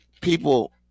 people